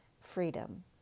freedom